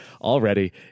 already